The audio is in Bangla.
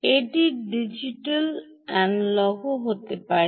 এটি ডিজিটাল ও অ্যানালগ হতে পারে